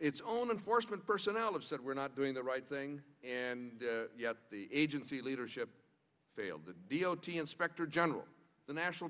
its own enforcement personnel have said we're not doing the right thing and yet the agency leadership failed the inspector general the national